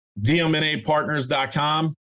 DMNAPartners.com